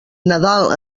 nadal